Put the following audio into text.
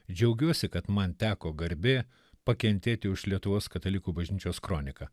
džiaugiuosi kad man teko garbė pakentėti už lietuvos katalikų bažnyčios kroniką